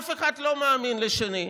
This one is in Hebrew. אף אחד לא מאמין לשני,